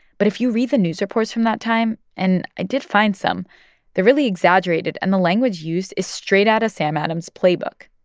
but if you read the news reports from that time and i did find some they're really exaggerated, and the language used is straight out of sam adams' playbook.